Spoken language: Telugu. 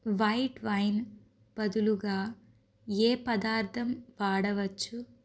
వైట్ వైన్ బదులుగా ఏ పదార్ధం వాడవచ్చు